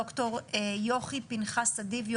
ד"ר יוכי פנחסי אדיב,